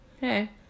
hey